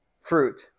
fruit